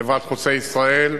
חברת "חוצה ישראל".